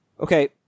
Okay